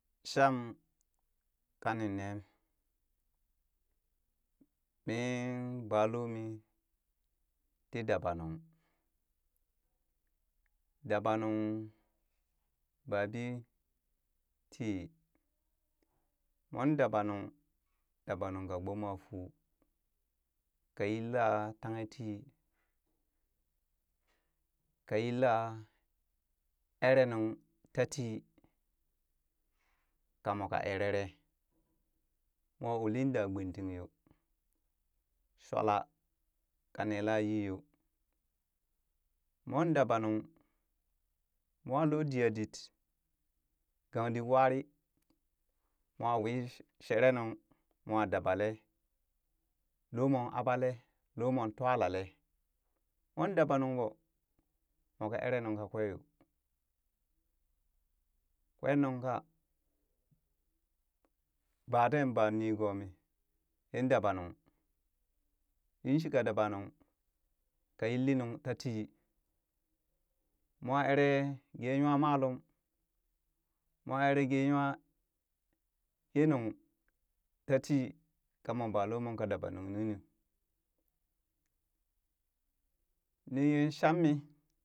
Sham kani nem min baloo mii ti dabanung dabanung babii tii moon dabanung dabanung ka gbommanfuu ka yilla tangha tii ka yila eree nuŋ tatii kamoo ka ereree moo uli da gbwintin yoo shwala ka nela yii yoo moon dabanung moon loo diyadit gandit warii mwa wii sh- sherenung moo dabalee loomon aɓalee loo moon twalale moon dabanung ɓoo moon eree nuŋ ka kwee yo kwen nunka kan bateen baa nigoo mii tin dabanung yinshika dabanung ka yilli nuŋ tatii, moo ere gee nywamalum mwa eree gee nywa yeenuk tatii kamon baloomon ka dabanung nunu, nii sham mii